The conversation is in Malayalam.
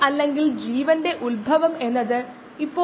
അല്ലെങ്കിൽ ഇത് ഒരു എൻസൈമാറ്റിക് പരിവർത്തനം ചെയ്യുന്ന എൻസൈം ആകാം